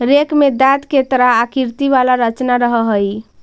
rake में दाँत के तरह आकृति वाला रचना रहऽ हई